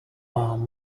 are